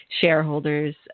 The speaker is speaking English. shareholders